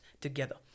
together